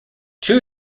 two